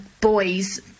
boys